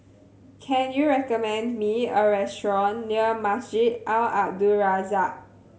can you recommend me a restaurant near Masjid Al Abdul Razak